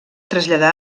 traslladà